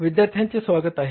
विद्यार्थ्यांचे स्वागत आहे